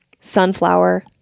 sunflower